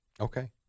Okay